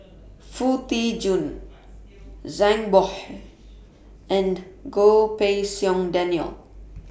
Foo Tee Jun Zhang Bohe and Goh Pei Siong Daniel